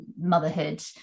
motherhood